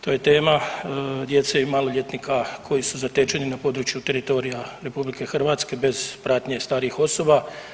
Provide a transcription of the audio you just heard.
To je tema djece i maloljetnika koji su zatečeni na području teritorija RH bez pratnje starijih osoba.